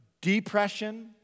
depression